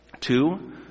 Two